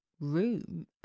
room